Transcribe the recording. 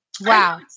Wow